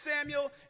Samuel